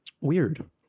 weird